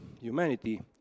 humanity